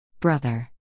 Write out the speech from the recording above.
Brother